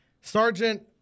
Sergeant